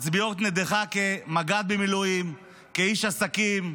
מצביעה נגדך כמג"ד במילואים, כאיש עסקים,